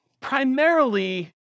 primarily